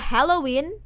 Halloween